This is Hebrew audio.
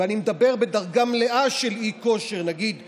ואני מדבר בדרגה מלאה של אי-כושר, נגיד 75%,